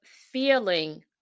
feeling